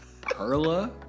Perla